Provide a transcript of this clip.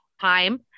time